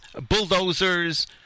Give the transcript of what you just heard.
bulldozers